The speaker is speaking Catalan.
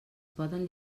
poden